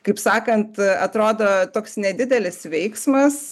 kaip sakant atrodo toks nedidelis veiksmas